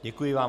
Děkuji vám.